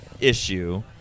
issue